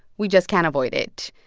we just can't avoid it.